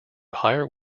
hire